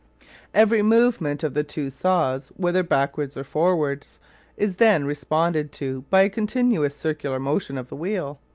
every movement of the two saws whether backwards or forwards is then responded to by a continuous circular motion of the wheel,